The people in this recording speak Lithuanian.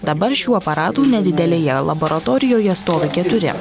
dabar šių aparatų nedidelėje laboratorijoje stovi keturi